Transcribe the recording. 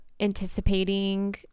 anticipating